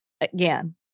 again